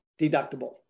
deductible